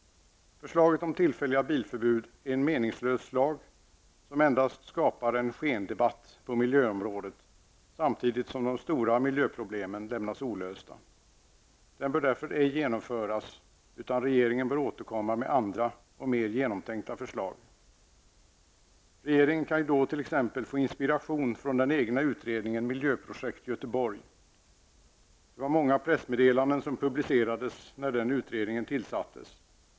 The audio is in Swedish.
Förslaget om tillfälliga bilförbud är en meningslös lag som endast skapar en skendebatt på miljöområdet, samtidigt som de stora miljöproblemen lämnas olösta. Det bör därför ej genomföras, utan regeringen bör återkomma med andra, mer genomtänkta förslag. Regeringen kan ju då t.ex. få inspiration från den egna utredningen ''Miljöprojekt Göteborg''. Det var många pressmeddelanden som publicerades när den utredningen tillsattes.